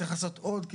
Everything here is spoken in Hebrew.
צריך לעשות עוד,